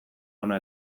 ona